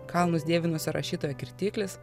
kalnus dievinusio rašytojo kirtiklis